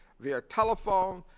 via telephone,